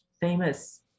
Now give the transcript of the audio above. famous